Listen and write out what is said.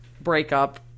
breakup